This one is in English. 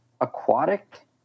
aquatic